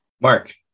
Mark